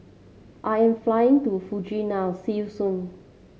I am flying to Fuji now see you soon